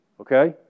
Okay